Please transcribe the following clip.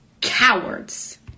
cowards